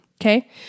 Okay